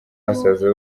basaza